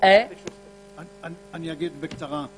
אגיד בקצרה.